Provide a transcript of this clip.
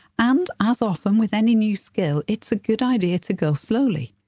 and as often with any new skill it's a good idea to go slowly.